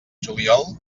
juliol